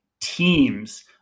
teams